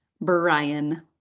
Brian